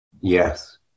Yes